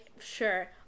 Sure